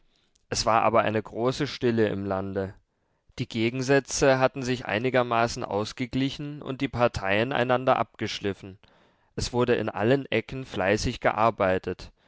es war aber eine große stille im lande die gegensätze hatten sich einigermaßen ausgeglichen und die parteien einander abgeschliffen es wurde in allen ecken fleißig gearbeitet